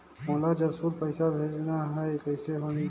मोला जशपुर पइसा भेजना हैं, कइसे होही?